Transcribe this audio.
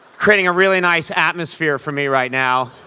creating a really nice atmosphere for me right now.